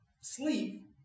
sleep